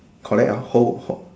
correct hor whole hor